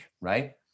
right